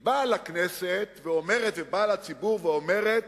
היא באה לכנסת ולציבור ואומרת: